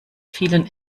vielen